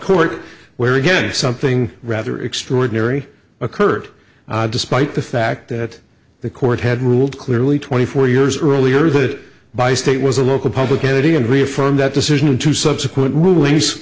court where again something rather extraordinary occurred despite the fact that the court had ruled clearly twenty four years earlier that by state was a local public entity and reaffirmed that decision in two subsequent rulings